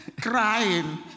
Crying